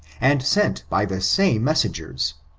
and sent by the same messengers.